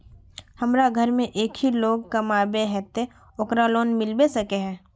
हमरा घर में एक ही लोग कमाबै है ते ओकरा लोन मिलबे सके है?